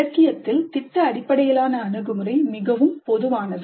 இலக்கியத்தில் திட்ட அடிப்படையிலான அணுகுமுறை மிகவும் பொதுவானது